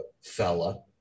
fella